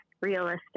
realistic